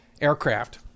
aircraft